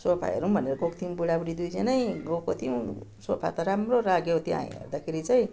sofa हेरौँ भनेर गएको थियौँ बुढाबुढी दुईजना गएको थियौँ सोफा त राम्रो लाग्यो त्यहाँ हेर्दाखेरि चाहिँ